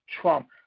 Trump